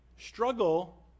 struggle